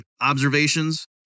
observations